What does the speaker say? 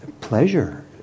Pleasure